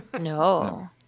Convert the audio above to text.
No